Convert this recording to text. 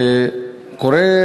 קורה,